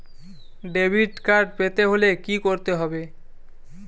Debit card পেতে হলে কি করতে হবে?